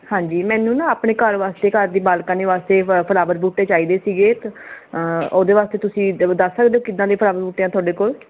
ਹਾਂਜੀ ਮੈਨੂੰ ਨਾ ਆਪਣੇ ਘਰ ਵਾਸਤੇ ਘਰ ਦੀ ਬਾਲਕਨੀ ਵਾਸਤੇ ਫਲਾਵਰ ਬੂਟੇ ਚਾਹੀਦੇ ਸੀਗੇ ਉਹਦੇ ਵਾਸਤੇ ਤੁਸੀਂ ਦੱਸ ਸਕਦੇ ਹੋ ਕਿੱਦਾਂ ਦੇ ਫਲਾਵਰ ਬੂਟੇ ਆ ਤੁਹਾਡੇ ਕੋਲ਼